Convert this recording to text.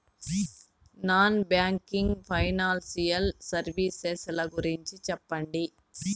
Non banking financial services ల గురించి సెప్పండి?